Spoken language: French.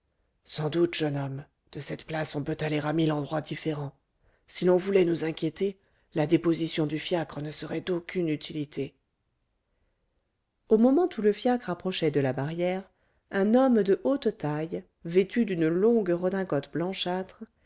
sans doute jeune homme de cette place on peut aller à mille endroits différents si l'on voulait nous inquiéter la déposition du fiacre ne serait d'aucune utilité au moment où le fiacre approchait de la barrière un homme de haute taille vêtu d'une longue redingote blanchâtre